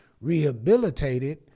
rehabilitated